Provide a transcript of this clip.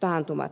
taantumat